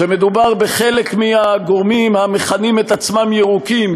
כשמדובר בחלק מהגורמים המכנים את עצמם "ירוקים",